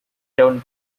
down